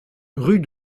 rue